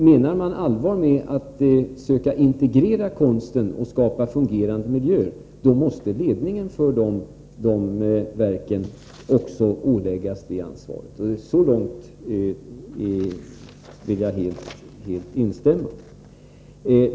Menar man allvar med att söka integrera konsten och skapa fungerande miljöer, då måste ledningen för de verken också åläggas detta ansvar. Så långt vill jag helt instämma.